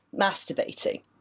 masturbating